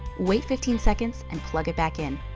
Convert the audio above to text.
wait fifteen seconds and plug it back in.